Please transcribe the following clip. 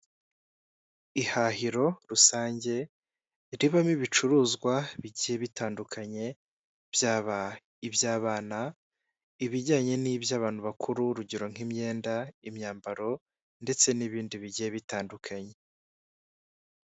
Ihahiro rusange ribamo ibicuruzwa bigiye bitandukanye byaba iby'abana, ibijyanye n'iby'abantu bakuru urugero nk'imyenda, imyambaro ndetse n'ibindi bigiye bitandukanye.